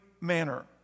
manner